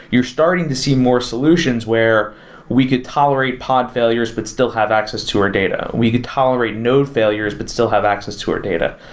you're starting to see more solutions where we could tolerate pod failures but still have access to our data. we could tolerate node failures, but still have access to our data.